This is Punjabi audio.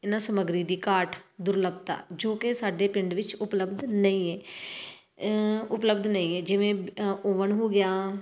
ਇਹਨਾਂ ਸਮੱਗਰੀ ਦੀ ਘਾਟ ਦੁਰਲਭਤਾ ਜੋ ਕਿ ਸਾਡੇ ਪਿੰਡ ਵਿੱਚ ਉਪਲਬਧ ਨਹੀਂ ਹੈ ਉਪਲਬਧ ਨਹੀਂ ਹੈ ਜਿਵੇਂ ਓਵਨ ਹੋ ਗਿਆ